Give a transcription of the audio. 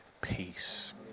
peace